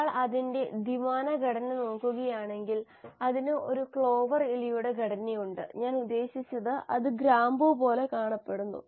ഒരാൾ അതിന്റെ ദ്വിമാന ഘടന നോക്കുകയാണെങ്കിൽ അതിന് ഒരു ക്ലോവർ ഇലയുടെ ഘടനയുണ്ട് ഞാൻ ഉദ്ദേശിച്ചത് അത് ഗ്രാമ്പൂ പോലെ കാണപ്പെടുന്നു